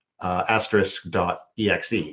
asterisk.exe